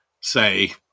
say